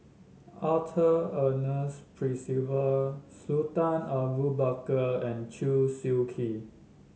Arthur Ernest Percival Sultan Abu Bakar and Chew Swee Kee